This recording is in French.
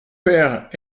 père